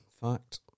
fact